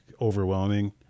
overwhelming